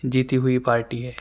جیتی ہوئی پارٹی ہے